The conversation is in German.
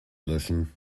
löschen